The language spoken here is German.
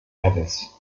nevis